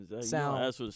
sound